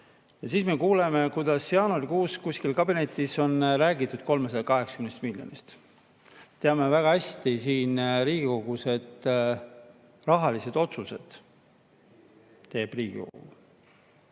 Ja siis me kuuleme, kuidas jaanuarikuus kusagil kabinetis on räägitud 380 miljonist. Me teame väga hästi siin Riigikogus, et rahalised otsused teeb Riigikogu.